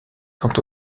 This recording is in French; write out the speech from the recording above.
sont